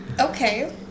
Okay